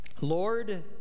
Lord